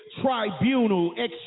tribunal